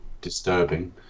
disturbing